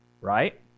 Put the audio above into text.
right